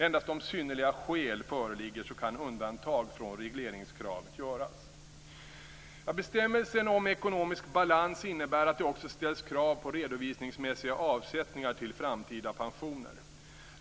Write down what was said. Endast om synnerliga skäl föreligger kan undantag från regleringskravet göras. Bestämmelsen om ekonomisk balans innebär att det också ställs krav på redovisningsmässiga avsättningar till framtida pensioner.